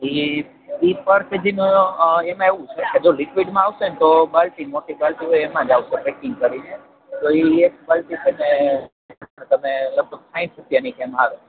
એ એ પર કેજીમાં એમાં એવું છે કે જો લિક્વિડમાં આવશે ને તો બાલટી મોટી બાલટી હોય એમાં જ આવશે પેકિંગ કરીને તો એ એક બાલટી છે ને તમે લગભગ સાહિઠ રૂપિયાની કે એમ આવે